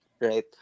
right